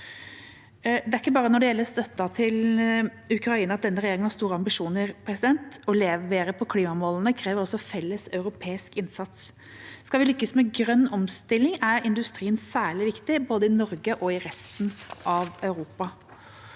Det er ikke bare når det gjelder støtten til Ukraina at denne regjeringa har store ambisjoner. Å levere på klimamålene krever også felles europeisk innsats. Skal vi lykkes med grønn omstilling, er industrien særlig viktig, både i Norge og i resten av Europa.